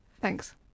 Thanks